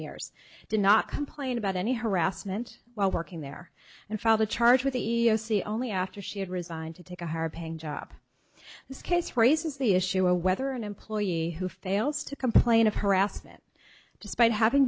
did not complain about any harassment while working there and filed a charge with the s c only after she had resigned to take a higher paying job this case raises the issue of whether an employee who fails to complain of harassment despite having